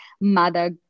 mother